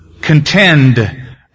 contend